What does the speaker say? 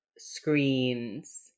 screens